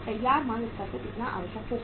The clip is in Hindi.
तैयार माल स्तर पर कितना आवश्यक होगा